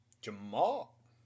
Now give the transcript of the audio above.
Jamal